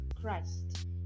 Christ